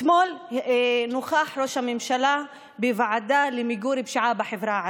אתמול נוכח ראש הממשלה בוועדה למיגור פשיעה בחברה הערבית,